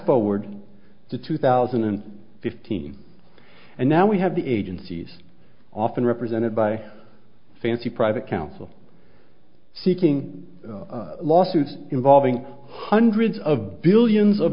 forward to two thousand and fifteen and now we have the agencies often represented by fancy private counsel seeking lawsuits involving hundreds of billions of